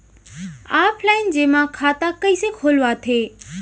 Offline जेमा खाता कइसे खोलवाथे?